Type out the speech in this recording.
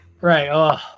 right